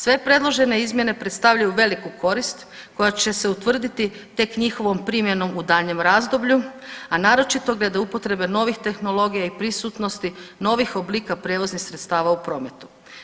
Sve predložene izmjene predstavljaju veliku korist koja će se utvrditi tek njihovom primjenom u daljnjem razdoblju, a naročito glede upotrebe novih tehnologija i prisutnosti novih oblika prijevoznih sredstava u prometu.